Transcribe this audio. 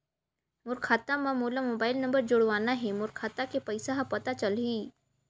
मोर खाता मां मोला मोबाइल नंबर जोड़वाना हे मोर खाता के पइसा ह पता चलाही?